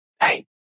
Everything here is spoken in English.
Hey